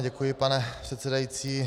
Děkuji, pane předsedající.